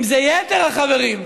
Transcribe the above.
אם זה יתר חברים,